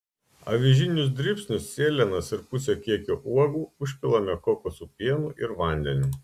avižinius dribsnius sėlenas ir pusę kiekio uogų užpilame kokosų pienu ir vandeniu